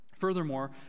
Furthermore